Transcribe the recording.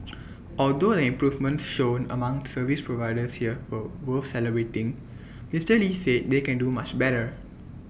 although the improvements shown among service providers here were worth celebrating Mister lee said they can do much better